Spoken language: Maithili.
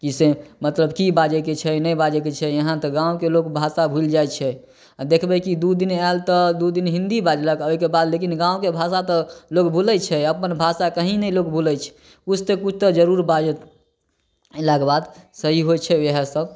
कि से मतलब की बाजैके छै नहि बाजैके छै यहाँ तऽ गाँवके लोक भाषा भुलि जाइ छै आओर देखबै कि दू दिन आयल तऽ दू दिन हिन्दी बाजलक आओर ओइके बाद लेकिन गाँवके भाषा तऽ लोग भुलै छै अपन भाषा लोग कहीं ने लोग भुलै छै किछु तऽ किछु तऽ जरूर बाजत अयलाके बाद सही होइ छै इएह सब